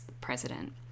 president